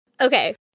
Okay